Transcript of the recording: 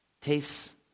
tastes